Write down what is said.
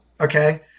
okay